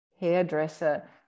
hairdresser